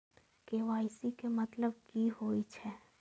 KYC के मतलब की होई छै?